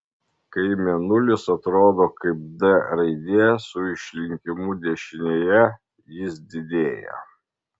kai mėnulis atrodo kaip d raidė su išlinkimu dešinėje jis didėja